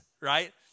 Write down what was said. right